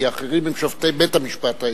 כי אחרים הם שופטי בית-המשפט העליון.